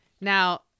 Now